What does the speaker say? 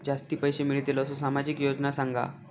जास्ती पैशे मिळतील असो सामाजिक योजना सांगा?